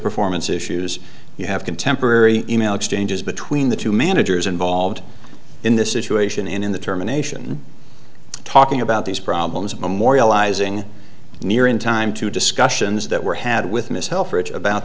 performance issues you have contemporary e mail exchanges between the two managers involved in this situation in the terminations talking about these problems memorializing near in time to discussions that were had with ms helford about